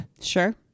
Sure